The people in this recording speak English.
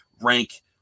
rank